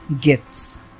Gifts